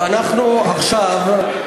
אז אנחנו עכשיו,